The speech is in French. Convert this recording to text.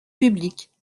publiques